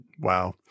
wow